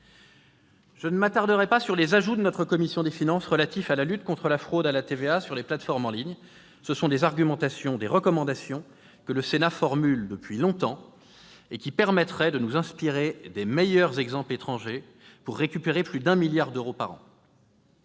Je ne m'attarderai pas sur les ajouts de notre commission des finances relatifs à la lutte contre la fraude à la TVA sur les plateformes en ligne. Ce sont des recommandations que le Sénat formule depuis longtemps et qui permettraient de nous inspirer des meilleurs exemples étrangers pour récupérer plus de 1 milliard d'euros par an.